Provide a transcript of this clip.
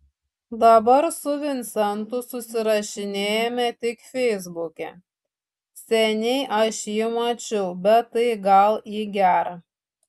dabar su vincentu susirašinėjame tik feisbuke seniai aš jį mačiau bet tai gal į gera